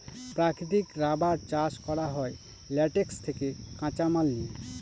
প্রাকৃতিক রাবার চাষ করা হয় ল্যাটেক্স থেকে কাঁচামাল নিয়ে